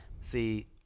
See